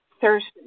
Thursday